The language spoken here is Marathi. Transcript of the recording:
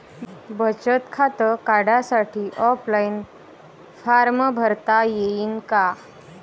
बचत खातं काढासाठी ऑफलाईन फारम भरता येईन का?